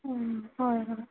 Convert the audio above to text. অঁ হয় হয়